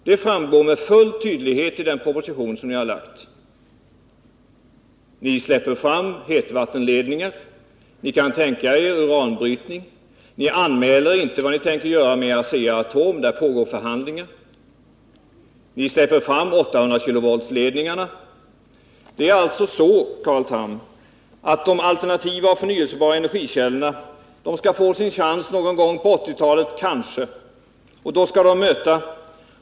Det framgår med full tydlighet av den proposition som ni har lagt fram. Ni släpper fram hetvattenledningar. Ni kan tänka er uranbrytning. Ni anmäler inte vad ni tänker göra med Asea-Atom — där pågår förhandlingar. Ni släpper fram 800-kV-ledningarna. Det är alltså så, Carl Tham, att de alternativa och förnyelsebara energikällorna skall få sin chans — kanske — någon gång på 1980-talet.